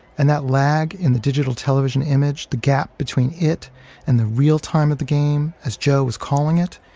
and that lag in the digital television image, the gap between it and the real-time of the game as joe was calling it,